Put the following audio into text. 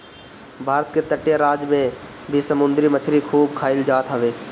भारत के तटीय राज में भी समुंदरी मछरी खूब खाईल जात हवे